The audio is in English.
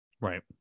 Right